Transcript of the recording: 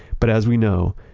but as we know,